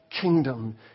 Kingdom